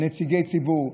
על נציגי ציבור,